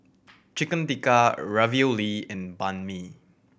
Chicken Tikka Ravioli and Banh Mi